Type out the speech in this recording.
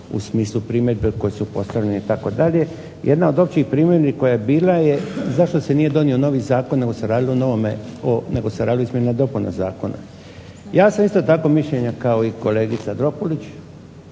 u smislu primjedbe koje su postavljene itd. Jedna od općih primjedbi koja je bila je zašto se nije donio novi zakon nego se radi izmjena i dopuna zakona. Ja sam isto tako mišljenja kao i kolegica Dropulić,